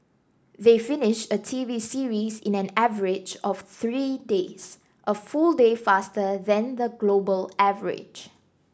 they finish a T V series in an average of three days a full day faster than the global average